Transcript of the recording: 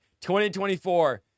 2024